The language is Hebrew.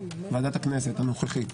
ועדת הכנסת הנוכחית,